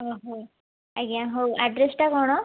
ଓହୋ ଆଜ୍ଞା ହଉ ଆଡ଼୍ରେସଟା କଣ